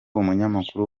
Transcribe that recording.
umunyamakuru